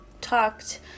talked